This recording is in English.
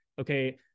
okay